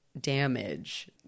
damage